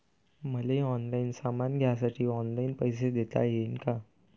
मले ऑनलाईन सामान घ्यासाठी ऑनलाईन पैसे देता येईन का?